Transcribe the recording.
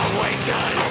Awaken